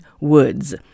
Woods